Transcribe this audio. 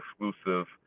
exclusive